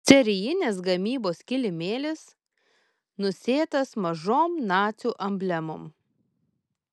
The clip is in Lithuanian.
serijinės gamybos kilimėlis nusėtas mažom nacių emblemom